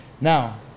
now